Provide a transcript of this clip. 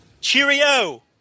Cheerio